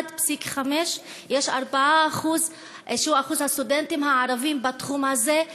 1.5%. 4% הוא שיעור הסטודנטים הערבים בתחום הזה,